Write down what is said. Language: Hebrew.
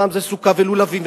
פעם זה סוכה ולולבים,